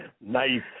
Nice